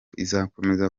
izakomeza